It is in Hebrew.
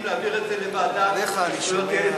להעביר את זה לוועדה לזכויות הילד,